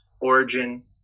origin